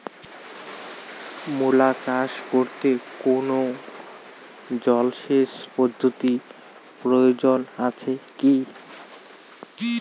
মূলা চাষ করতে কোনো জলসেচ পদ্ধতির প্রয়োজন আছে কী?